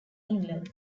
england